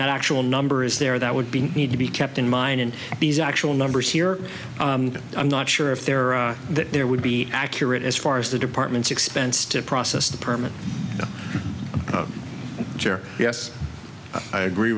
that actual number is there that would be need to be kept in mind in these actual numbers here i'm not sure if there are that there would be accurate as far as the department's expense to process the permit yes i agree